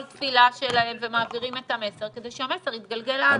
תפילה שלהם ומעבירים את המסר כדי שהמסר יתגלגל הלאה.